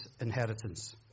inheritance